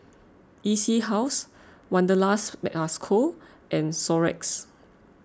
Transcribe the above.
E C House Wanderlust Co and Xorex